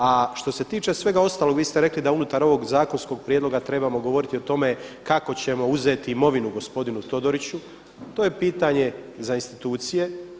A što se tiče svega ostalog, vi ste rekli da unutar ovog zakonskog prijedloga trebamo govoriti o tome kako ćemo uzeti imovinu gospodinu Todoriću, to je pitanje za institucije.